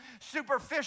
superficial